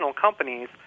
companies